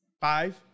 Five